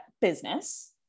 business